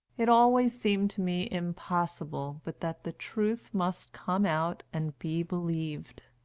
it always seemed to me impossible but that the truth must come out and be believed.